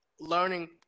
learning